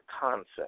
concept